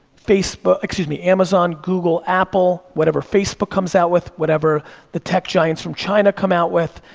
facebook, excuse me, amazon, google, apple, whatever facebook comes out with, whatever the tech giants from china come out with,